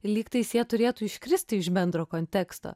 lygtais jie turėtų iškristi iš bendro konteksto